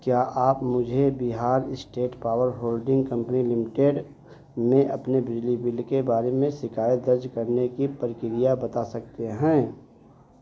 क्या आप मुझे Bihar state power holding company limited में अपने बिजली बिल के बारे में शिकायत दर्ज करने की प्रक्रिया बता सकते हैं